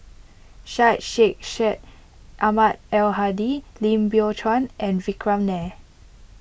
Syed Sheikh Syed Ahmad Al Hadi Lim Biow Chuan and Vikram Nair